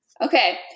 Okay